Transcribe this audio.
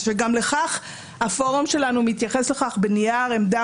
שגם לכך הפורום שלנו מתייחס בנייר עמדה